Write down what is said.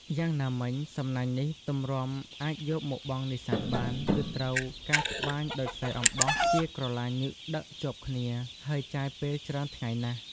យ៉ាងណាមិញ សំណាញ់នេះទម្រាំអាចយកមកបង់នេសាទបាន គឺត្រូវការត្បាញដោយខ្សែអំបោះជាក្រឡាញឹកដឹកជាប់គ្នា ហើយចាយពេលច្រើនថ្ងៃណាស់។